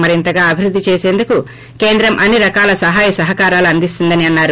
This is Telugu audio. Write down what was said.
మరింతగా అభివృద్ధి చేసేందుకు కేంద్రం అన్ని రకాల సహాయ సహకారాలు అందిస్తుందని అన్నారు